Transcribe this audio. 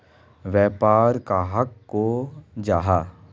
व्यापार कहाक को जाहा?